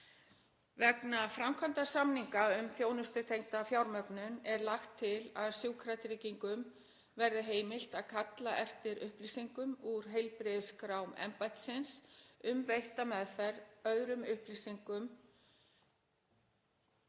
Vegna framkvæmdar samninga um þjónustutengda fjármögnun er lagt til að Sjúkratryggingum verði heimilt að kalla eftir upplýsingum úr heilbrigðisskrám embættisins um veitta meðferð og öðrum upplýsingum